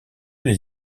les